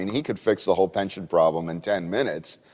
and he could fix the whole pension problem in ten minutes,